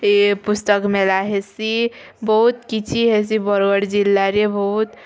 ଏଁ ପୁସ୍ତକ୍ ମେଲା ହେସିଁ ବୋହୁତ୍ କିଛି ହେସିଁ ବରଗଡ଼ ଜିଲ୍ଲାରେ ବୋହୁତ୍